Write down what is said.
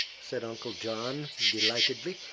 said uncle john, delightedly.